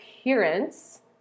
appearance